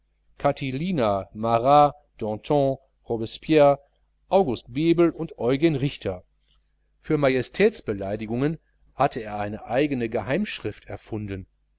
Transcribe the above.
catilina marat danton robespiere august bebel und eugen richter für majestätsbeleidigungen hatte er sich eine eigene geheimschrift erfunden